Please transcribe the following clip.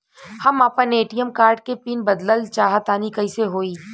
हम आपन ATM card के पीन बदलल चाहऽ तनि कइसे होई?